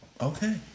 Okay